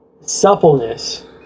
suppleness